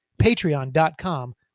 Patreon.com